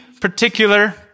particular